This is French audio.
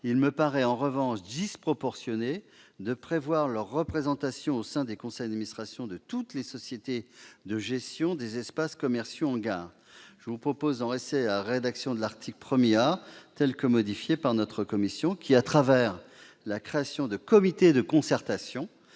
il me semble en revanche disproportionné de prévoir leur représentation au sein des conseils d'administration de toutes les sociétés de gestion des espaces commerciaux en gare. Je vous propose d'en rester à rédaction de l'article 1 A, telle que modifiée par la commission qui, à travers la création de comités de concertation,